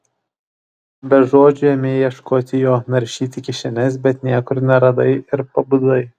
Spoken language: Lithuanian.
be žodžių ėmei ieškoti jo naršyti kišenes bet niekur neradai ir pabudai